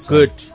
Good